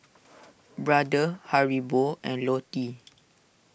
Brother Haribo and Lotte